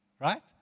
Right